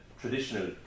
traditional